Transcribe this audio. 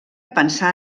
pensar